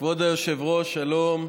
כבוד היושבת-ראש, שלום.